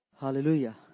Hallelujah